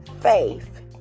faith